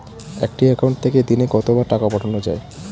একটি একাউন্ট থেকে দিনে কতবার টাকা পাঠানো য়ায়?